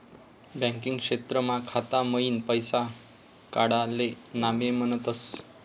banking क्षेत्रमा खाता मईन पैसा काडाले नामे म्हनतस